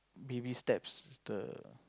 baby steps the